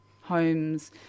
homes